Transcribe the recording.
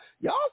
y'all